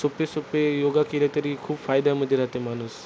सोप्पे सोप्पे योगा केले तरी खूप फायद्यामध्ये राहते माणूस